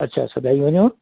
अच्छा सुभाई वञो